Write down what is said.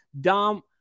Dom